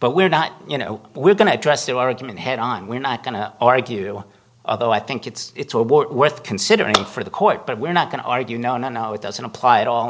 but we're not you know we're going to address the argument head on we're not going to argue of though i think it's a war worth considering for the court but we're not going to argue no no it doesn't apply at all